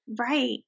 Right